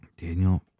daniel